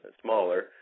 smaller